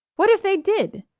what if they did!